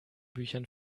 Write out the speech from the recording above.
büchern